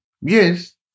YES